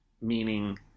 Meaning